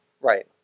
Right